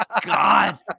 God